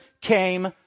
came